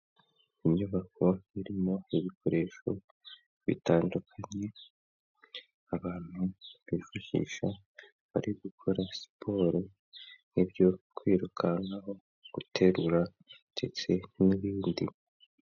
Inyubako irimo ibikoresho bitandukanye, abantu bifashisha bari gukora siporo nk'ibyo kwiruka nkaho, guterura ndetse n'ibindi.